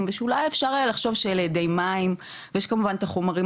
ושאולי אפשר היה לחשוב שאלה אדי מים ויש כמובן את החומרים